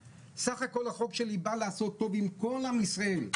סך הכול החוק שלי בא לעשות טוב עם כל עם ישראל.